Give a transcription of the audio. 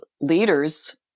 leaders